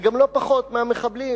וגם לא פחות מהמחבלים,